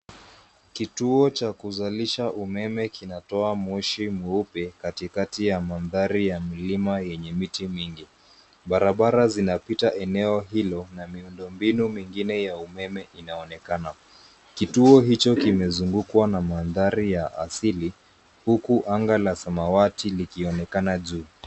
Kituo cha kuzalisha umeme kinatoa moshi mweupe katikati ya mandhari ya mlima yenye miti mingi. Barabara zinapita eneo hilo na miudno mbinu mingine ya umeme inaonekana. Kituo hicho kimezungukwa na mandhari ya asili huku anga la samawati likionekana juu.